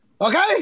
okay